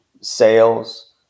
sales